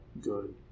good